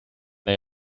they